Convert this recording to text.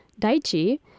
Daichi